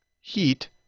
heat